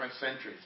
centuries